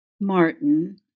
Martin